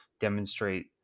demonstrate